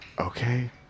Okay